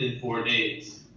and four days.